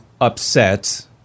upset